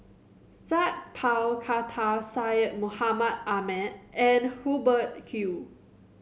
Sat Pal Khattar Syed Mohamed Ahmed and Hubert Hill